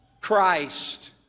Christ